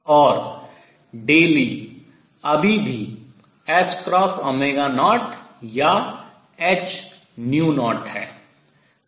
और ΔE अभी भी 0 या h0 है